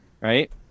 Right